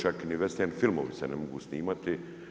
Čak ni vesterni filmovi se ne mogu snimati.